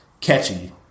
catchy